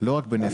לא רק בנפש,